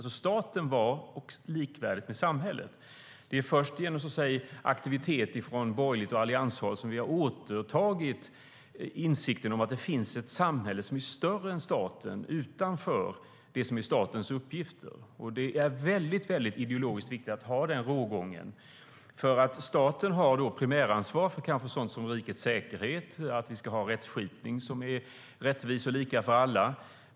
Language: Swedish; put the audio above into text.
Staten var likvärdig med samhället. Det är först genom aktivitet från borgerligt håll och allianshåll som vi har återtagit insikten om att det finns ett samhälle som är större än staten och utanför det som är statens uppgifter. Det är ideologiskt viktigt att ha denna rågång. Staten har primäransvar för sådant som rikets säkerhet och att vi ska ha en rättskipning som är rättvis och lika för alla.